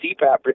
CPAP